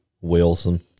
Wilson